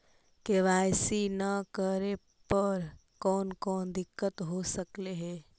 KYC न करे पर कौन कौन दिक्कत हो सकले हे?